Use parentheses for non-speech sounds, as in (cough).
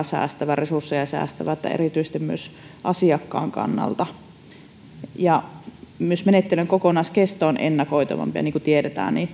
(unintelligible) säästävä ja resursseja säästävä sekä viranomaisten kannalta että erityisesti asiakkaan kannalta myös menettelyn kokonaiskesto on ennakoitavampi ja niin kun tiedetään